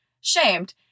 shamed